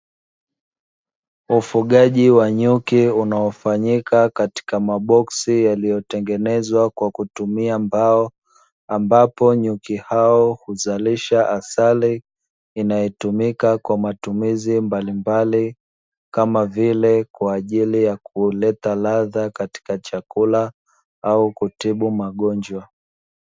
Ufugaji wa nyuki unaofanyika katika maboksi yalio tengenezwa kwa kutumia mbao, ambapo nyuki hao huzalisha asali inayotumika kwa matumizi mbalimbali, kama vile kwa ajili ya kuleta radha katika chakula au kutibu magonjwa.